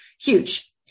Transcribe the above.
huge